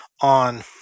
on